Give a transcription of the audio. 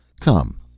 Come